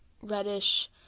Reddish